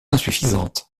insuffisantes